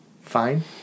fine